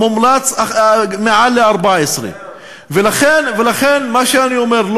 המומלץ הוא מעל 14. ולכן מה שאני אומר,